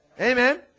Amen